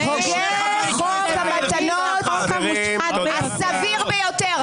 זה חוק המתנות הסביר ביותר.